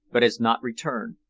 but has not returned.